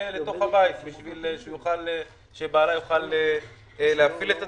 לבית בשביל שבעלה יוכל להפעיל את עצמו.